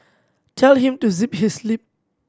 tell him to zip his lip